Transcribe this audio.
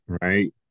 right